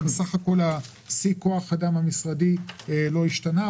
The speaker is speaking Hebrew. בסך הכל שיא כוח האדם המשרדי לא השתנה.